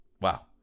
wow